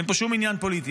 אין פה שום עניין פוליטי.